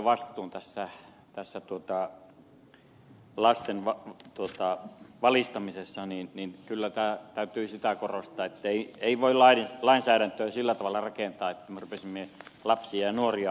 jokinenkin mainitsi meidän vanhempien vastuun lasten valistamisessa että kyllä täytyy sitä korostaa ettei voi lainsäädäntöä sillä tavalla rakentaa että me rupeaisimme lapsia ja nuoria ohjaamaan